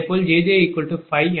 அதேபோல் jj5 m2IRjjIR56